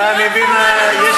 אף אחד לא אוכף את זה.